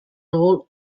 role